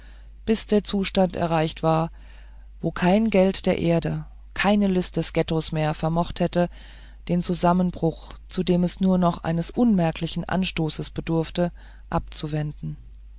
bis der zustand erreicht war wo kein geld der erde keine list des ghettos mehr vermocht hätten den zusammenbruch zu dem es nur noch eines unmerklichen anstoßes bedurfte abzuwenden